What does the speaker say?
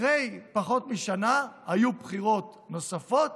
אחרי פחות משנה היו בחירות נוספות